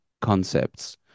concepts